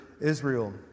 Israel